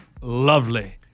lovely